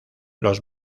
los